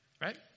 Right